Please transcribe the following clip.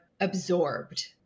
absorbed